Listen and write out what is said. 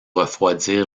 refroidir